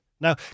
Now